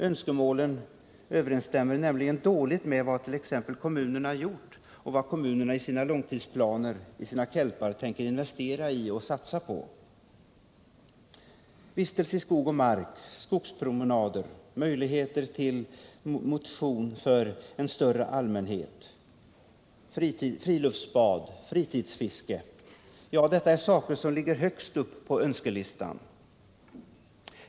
Önskemålen överensstämmer nämligen dåligt med vad kommunerna gjort och vad de i sina långtidsplaner tänker investera i och satsa på. Vistelse i skog och mark, skogspromenader, möjligheter till motion för en större allmänhet, friluftsbad och fritidsfiske är saker som ligger högt upp på önskelistan.